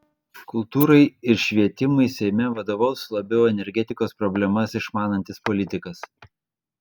kultūrai ir švietimui seime vadovaus labiau energetikos problemas išmanantis politikas